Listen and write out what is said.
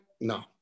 No